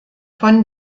von